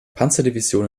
panzerdivision